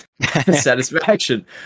satisfaction